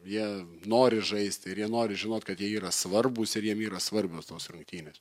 jie nori žaisti ir jie nori žinot kad jie yra svarbūs ir jiem yra svarbios tos rungtynės